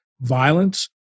violence